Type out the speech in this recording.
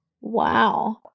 wow